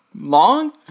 long